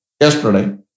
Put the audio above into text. yesterday